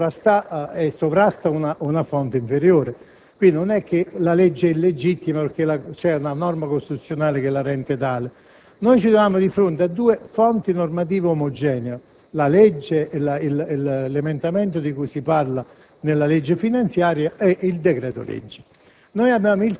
sovrasta una fonte inferiore, la legge è legittima perché c'è una norma costituzionale che la rende tale. Qui noi ci troviamo di fronte a due fonti normative omogenee: l'emendamento di cui si parla nella legge finanziaria e il decreto‑legge.